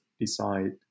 decide